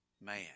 man